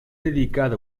dedicada